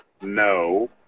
No